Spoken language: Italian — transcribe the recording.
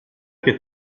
che